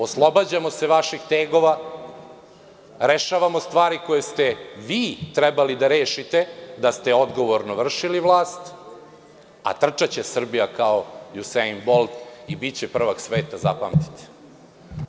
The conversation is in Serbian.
Oslobađamo se vaših tegova, rešavamo stvari koje ste vi trebali da rešite, da ste odgovorno vršili vlast, a trčaće Srbija kao Husein Bolt i biće prvak sveta, zapamtite.